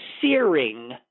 searing